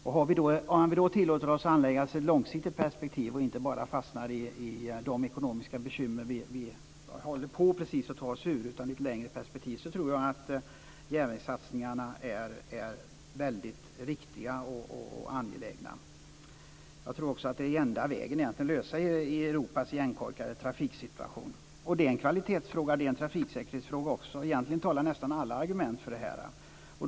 Om vi då tillåter oss att anlägga ett långsiktigt perspektiv och inte bara fastnar i de ekonomiska bekymmer vi precis håller på att ta oss ur, tror jag att järnvägssatsningarna är väldigt riktiga och angelägna. Jag tror också att det egentligen är den enda vägen att lösa Europas igenkorkade trafiksituation. Det är en kvalitetsfråga och en trafiksäkerhetsfråga också. Egentligen talar nästan alla argument för detta.